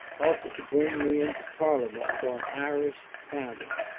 offered to bring me into parliament for an irish county,